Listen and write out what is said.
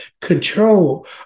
control